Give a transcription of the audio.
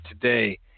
today